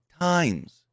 times